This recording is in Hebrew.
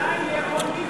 עדיין יהיה עוני,